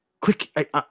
click